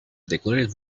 declared